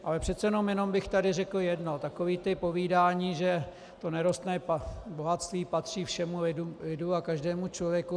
Ale přece jenom bych tady řekl jedno, takové to povídání, že to nerostné bohatství patří všemu lidu a každému člověku.